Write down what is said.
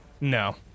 No